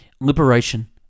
liberation